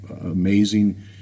amazing